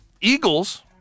Eagles